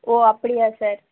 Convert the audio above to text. ஓ அப்படியா சார்